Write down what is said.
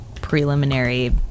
preliminary